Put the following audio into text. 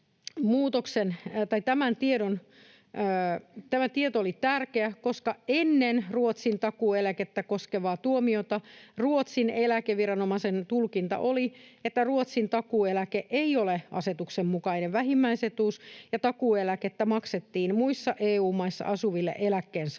Tämä tieto oli tärkeä, koska ennen Ruotsin takuueläkettä koskevaa tuomiota Ruotsin eläkeviranomaisen tulkinta oli, että Ruotsin takuueläke ei ole asetuksen mukainen vähimmäisetuus, ja takuueläkettä maksettiin muissa EU-maissa asuville eläkkeensaajille.